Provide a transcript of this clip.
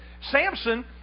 Samson